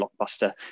Blockbuster